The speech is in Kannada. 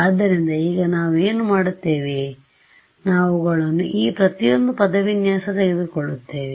ಆದ್ದರಿಂದ ಈಗ ನಾವು ಏನು ಮಾಡುತ್ತೇವೆ ನಾವು ಇವುಗಳನ್ನು ಈ ಪ್ರತಿಯೊಂದು ಪದವಿನ್ಯಾಸ ತೆಗೆದುಕೊಳ್ಳುತ್ತೇವೆ